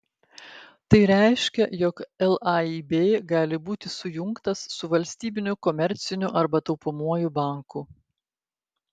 tai reiškia jog laib gali būti sujungtas su valstybiniu komerciniu arba taupomuoju banku